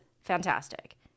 fantastic